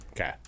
Okay